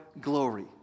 glory